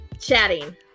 chatting